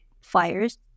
fires